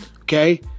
Okay